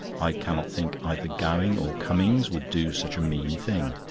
i cannot think either gowing or cummings would do such a mean thing.